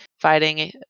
fighting